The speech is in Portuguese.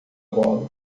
bola